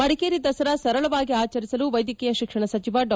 ಮಡಿಕೇರಿ ದಸರಾ ಸರಳವಾಗಿ ಆಚರಿಸಲು ವೈದ್ಯಕೀಯ ಶಿಕ್ಷಣ ಸಚಿವ ಡಾ